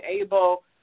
able